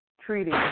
treating